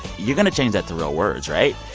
you're going to change that to real words, right?